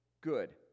good